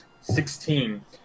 Sixteen